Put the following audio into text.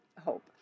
hope